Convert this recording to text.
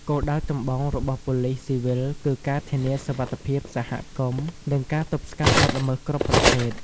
គោលដៅចម្បងរបស់ប៉ូលិសស៊ីវិលគឺការធានាសុវត្ថិភាពសហគមន៍និងការទប់ស្កាត់បទល្មើសគ្រប់ប្រភេទ។